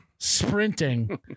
Sprinting